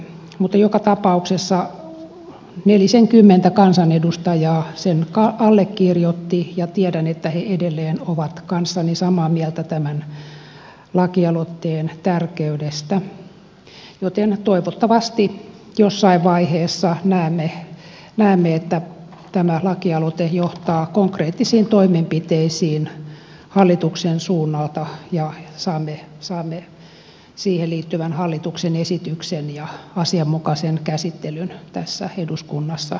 mutta joka tapauksessa nelisenkymmentä kansanedustajaa sen allekirjoitti ja tiedän että he edelleen ovat kanssani samaa mieltä tämän lakialoitteen tärkeydestä joten toivottavasti jossain vaiheessa näemme että tämä lakialoite johtaa konkreettisiin toimenpiteisiin hallituksen suunnalta ja saamme siihen liittyvän hallituksen esityksen ja asianmukaisen käsittelyn tässä eduskunnassa